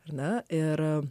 na ir